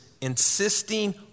insisting